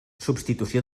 substitució